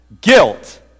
Guilt